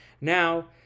now